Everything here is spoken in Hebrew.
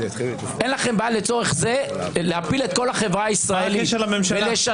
אין לכם בעיה לצורך זה להפיל את כל החברה הישראלית ולשסות.